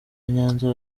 nyanza